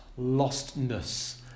lostness